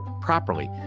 properly